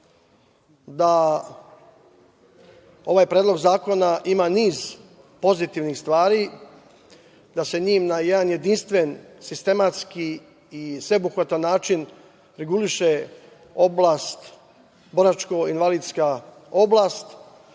da ovaj Predlog zakona ima niz pozitivnih stvari, da se njim na jedan jedinstven, sistematski i sveobuhvatan način reguliše boračko-invalidska oblast,